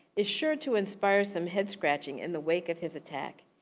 is sure to inspire some head scratching in the wake of his attack.